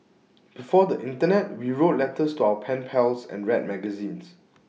before the Internet we wrote letters to our pen pals and read magazines